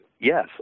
yes